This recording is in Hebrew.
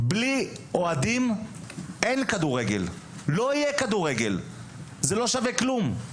בלי אוהדים אין כדורגל ולא יהיה כדורגל כי זה לא שווה כלום.